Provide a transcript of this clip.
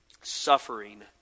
suffering